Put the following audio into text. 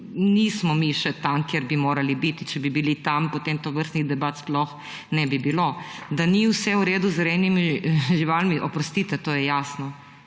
nismo mi še tam, kjer bi morali biti. Če bi bili tam, potem tovrstnih debat sploh ne bi bilo. Da ni vse v redu z rejnimi živalmi, oprostite, to je jasno.